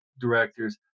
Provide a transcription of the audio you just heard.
directors